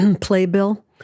playbill